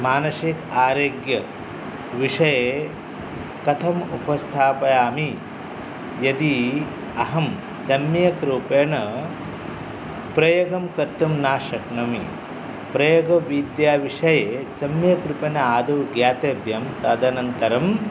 मानसिक आरोग्यविषये कथम् उपस्थापयामि यदि अहं सम्यक्रूपेण प्रयोगं कर्तुं न शक्नोमि प्रयोगविद्याविषये सम्यक्रूपेण आदौ ज्ञातव्यं तदनन्तरं